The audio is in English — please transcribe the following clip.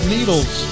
Needles